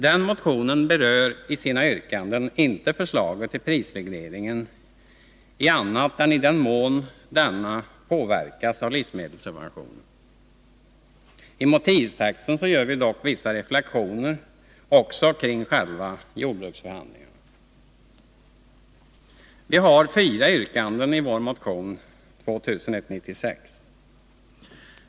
Den motionen berör i sina yrkanden inte förslag till prisreglering annat än i den mån denna påverkas av livsmedelssubventionerna. I motivtexten gör vi dock vissa reflexioner också kring själva jordbruksförhandlingarna. Vi har fyra yrkanden i vår motion 2196.